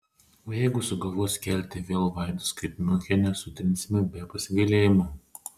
o jeigu sugalvos kelti vėl vaidus kaip miunchene sutrinsime be pasigailėjimo